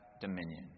dominion